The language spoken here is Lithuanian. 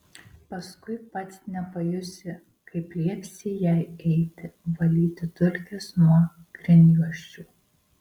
paskui pats nepajusi kaip liepsi jai eiti valyti dulkes nuo grindjuosčių